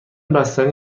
بستنی